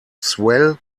swell